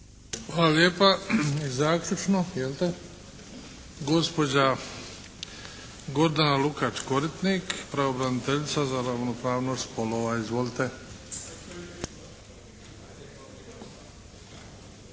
Hvala lijepa. I zaključno jelte? Gospođa Gordana Lukač-Koritnik, pravobraniteljica za ravnopravnost spolova. Izvolite.